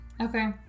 Okay